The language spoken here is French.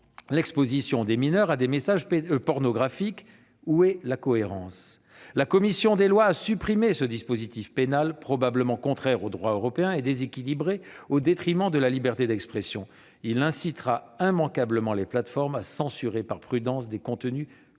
l'exposition des mineurs à des messages pornographiques. Où est la cohérence ? Très bien ! La commission des lois a supprimé ce dispositif pénal : probablement contraire au droit européen et déséquilibré au détriment de la liberté d'expression, il incitera immanquablement les plateformes à censurer par prudence des contenus pourtant